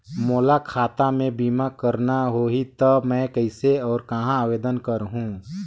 मोला खाता मे बीमा करना होहि ता मैं कइसे और कहां आवेदन करहूं?